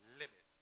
limit